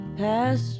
past